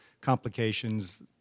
complications